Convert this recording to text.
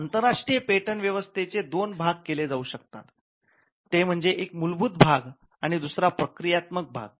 आंतरराष्ट्रीय पेटंट व्यवस्थेचे दोन भाग केले जाऊ शकतात ते म्हणजे एक मूलभूत भाग आणि दुसरा प्रक्रियात्मक भाग